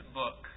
book